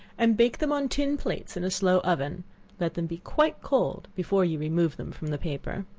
and bake them on tin plates in a slow oven let them be quite cold before you remove them from the paper.